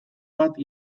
bat